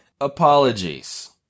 apologies